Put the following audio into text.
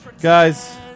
Guys